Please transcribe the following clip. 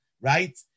right